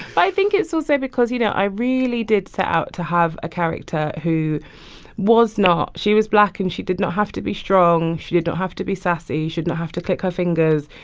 i think it's also because, you know, i really did set out to have a character who was not she was black, and she did not have to be strong. she did not have to be sassy. she did not have to click her fingers.